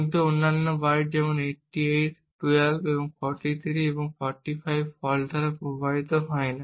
কিন্তু অন্যান্য বাইট যেমন 88 12 43 এবং 45 ফল্ট দ্বারা প্রভাবিত হয় না